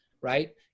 right